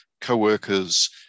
co-workers